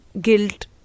guilt